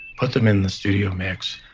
put them in the studio mix,